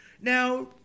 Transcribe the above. Now